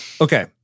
Okay